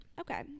Okay